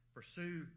Pursue